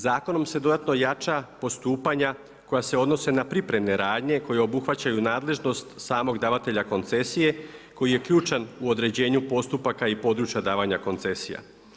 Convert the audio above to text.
Zakonom se dodatno jača postupanja koja se odnose na pripremne radnje koje obuhvaćaju nadležnost samog davatelja koncesije koji je ključan u određenju postupaka i područja davanja koncesija.